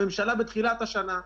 הממשלה בתחילת השנה,